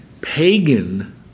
pagan